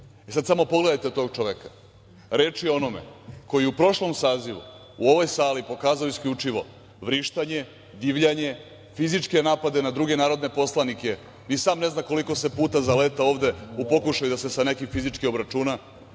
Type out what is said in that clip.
Sad samo pogledajte tog čoveka. Reč je onome koji je u prošlom sazivu, u ovoj sali, pokazao isključivo vrištanje, divljanje, fizičke napade na druge narodne poslanike, ni sam ne zna koliko se puta zaletao ovde da se u pokušaju sa nekim fizički obračuna.